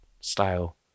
style